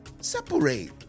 Separate